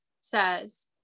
says